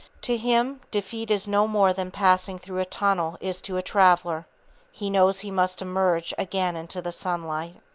to him, defeat is no more than passing through a tunnel is to a traveller he knows he must emerge again into the sunlight.